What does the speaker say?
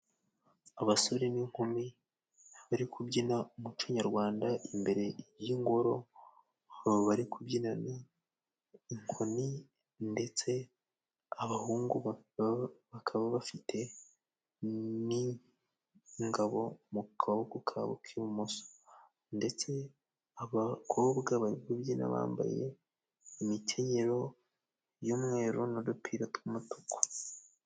Abasore n'inkumi bari kubyina umuco nyarwanda imbere y'ingoro. Baba bari kubyinana inkoni ndetse abahungu bakaba bafite n'ingabo mu kaboko kabo k'ibumoso, ndetse abakobwa bari kubyina bambaye imikenyero y'umweru n'udupira tw'umutuku.